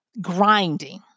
grinding